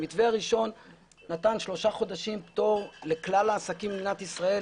המתווה הראשון נתן שלושה חודשים פטור לכלל העסקים במדינת ישראל,